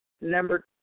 Number